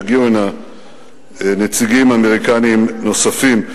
יגיעו הנה נציגים אמריקנים נוספים.